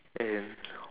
and